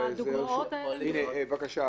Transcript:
והרישיון אינו שומר